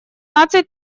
наций